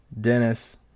Dennis